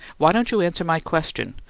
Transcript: why don't you answer my question?